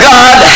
God